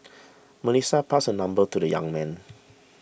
Melissa passed her number to the young man